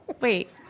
Wait